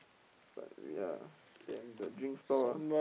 but ya then the drink stall ah